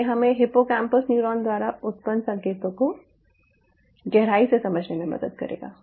ये हमे hippocampus neuron द्वारा उत्पन्न संकेतों को गहराई से समझने में मदद करेगा